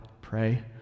pray